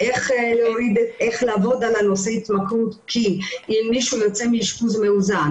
מתוך זה שאנחנו לא מטפלים בהתמכרות מבעוד מועד,